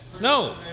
No